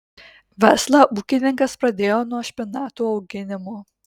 verslą ūkininkas pradėjo nuo špinatų auginimo